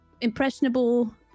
impressionable